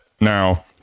Now